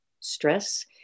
stress